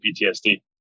PTSD